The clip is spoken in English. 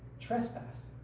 trespass